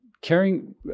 Caring